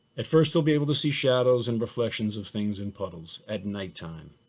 at first, he'll be able to see shadows and reflections of things in puddles at nighttime.